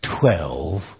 twelve